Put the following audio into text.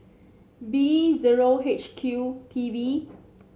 B zero H Q T V